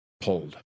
pulled